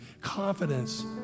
confidence